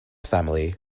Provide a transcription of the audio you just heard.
family